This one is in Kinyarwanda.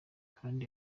kandi